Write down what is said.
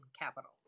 capital